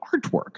artwork